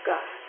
God